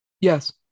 Yes